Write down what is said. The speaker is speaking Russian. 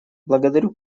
благодарю